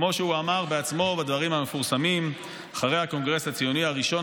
כמו שהוא אמר בעצמו בדברים המפורסמים מול חברי הקונגרס הציוני הראשון,